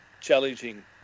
challenging